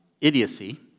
idiocy